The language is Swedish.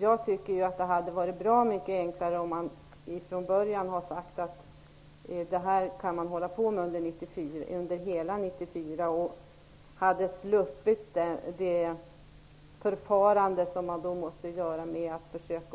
Jag tycker att det hade varit bra mycket enklare om man ifrån början hade sagt att man kunde sätta i gång under hela 1994. Då hade vi sluppit det förfarande vi måste ha med att